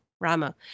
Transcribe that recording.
Rama